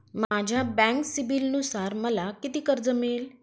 माझ्या बँक सिबिलनुसार मला किती कर्ज मिळेल?